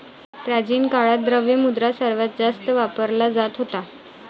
प्राचीन काळात, द्रव्य मुद्रा सर्वात जास्त वापरला जात होता